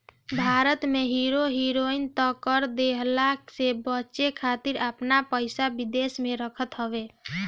भारत के hero heroine त कर देहला से बचे खातिर आपन पइसा विदेश में रखत हवे